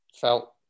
felt